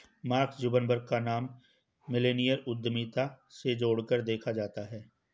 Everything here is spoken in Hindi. मार्क जुकरबर्ग का नाम मिल्लेनियल उद्यमिता से जोड़कर देखा जाता है